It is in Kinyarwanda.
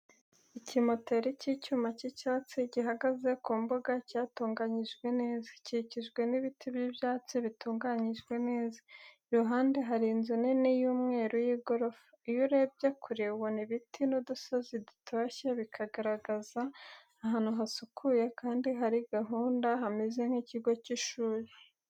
Ikimoteri cy'icyuma cy'icyatsi gihagaze ku mbuga yatunganyijwe neza, ikikijwe n'ibiti by'ibyatsi bitunganijwe neza, iruhande hari inzu nini y'umweru y'igorofa. Iyo urebye kure, ubona ibiti n'udusozi dutoshye, bikagaragaza ahantu hasukuye, kandi hari gahunda, hameze nk'ikigo cy'ishuri.